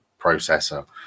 processor